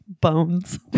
Bones